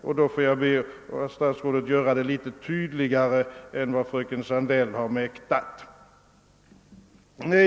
Jag får då be honom göra det litet tydligare än vad fröken Sandell har mäktat.